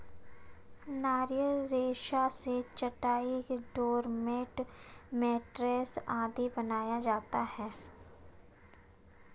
नारियल रेशा से चटाई, डोरमेट, मैटरेस आदि बनाया जाता है